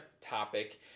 topic